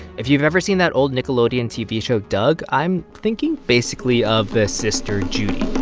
if you've ever seen that old nickelodeon tv show doug, i'm thinking basically of the sister judy